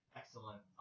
excellent